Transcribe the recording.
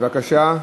בבקשה.